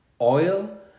Oil